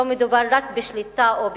לא מדובר רק בשליטה או בכיבוש,